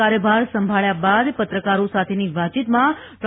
કાર્યભાર સંભાળ્યા બાદ પત્રકારહો સાથેની વાતચીતમાં ડૉ